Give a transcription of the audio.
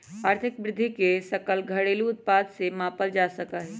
आर्थिक वृद्धि के सकल घरेलू उत्पाद से मापल जा सका हई